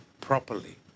properly